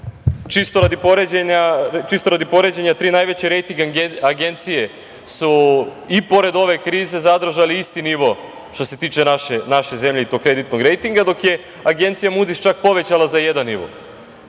radi poređenja, tri najveće rejting agencije su, pored ove krize, zadržali isti nivo što se tiče naše zemlje i tog kreditnog rejtinga, dok je Agencija „Mudis“ čak povećala za jedan nivo.